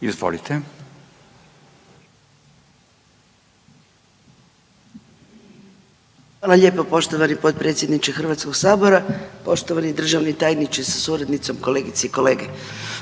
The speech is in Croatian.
(GLAS)** Hvala lijepo poštovani potpredsjedniče Hrvatskog sabora. Poštovani državni tajniče sa suradnicom, kolegice i kolege,